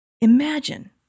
Imagine